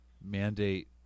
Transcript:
mandate